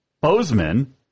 Bozeman